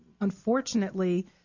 Unfortunately